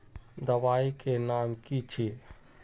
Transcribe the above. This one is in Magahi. दबाई के नाम की छिए?